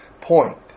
point